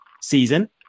season